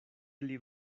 pli